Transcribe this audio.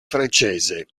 francese